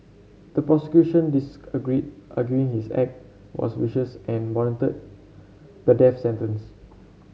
the prosecution disagreed arguing his act was vicious and warranted the death sentence